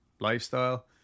lifestyle